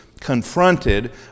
confronted